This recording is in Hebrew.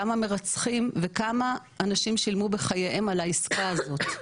כמה מרצחים וכמה אנשים שילמו בחייהם על העסקה הזאת.